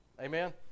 Amen